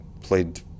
played